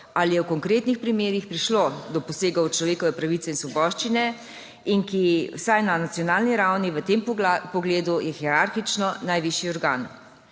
ali je v konkretnih primerih prišlo do posegov v človekove pravice in svoboščine, in ki je vsaj na nacionalni ravni v tem pogledu hierarhično najvišji organ.